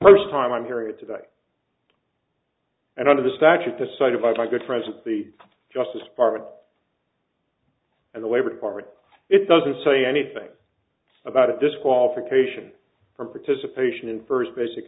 first time i'm hearing it today and under the statute decided by good friends of the justice department and the labor department it doesn't say anything about a disqualification from participation in first basic